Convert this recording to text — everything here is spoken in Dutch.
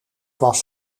was